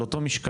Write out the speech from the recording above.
על אותו משקל,